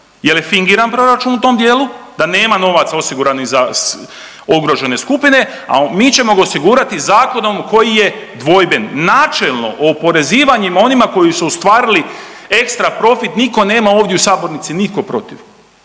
jel je fingiran proračun u tom dijelu da nema novaca osiguranih za ugrožene skupine, a mi ćemo ga osigurati zakonom koji je dvojben. Načelno oporezivanjem onima koji su ostvarili ekstra profit niko nema ovdje u sabornici, niko protiv.